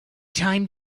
time